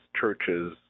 churches